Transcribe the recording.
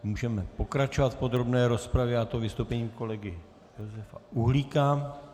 Můžeme pokračovat v podrobné rozpravě, a to vystoupením kolegy Josefa Uhlíka.